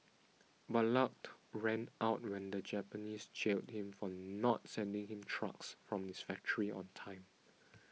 but luck ran out when the Japanese jailed him for not sending him trucks from his factory on time